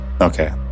Okay